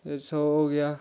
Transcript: फिर सौ हो गेआ